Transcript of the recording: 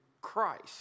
Christ